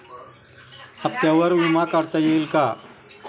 हप्त्यांवर विमा काढता येईल का?